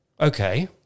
Okay